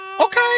okay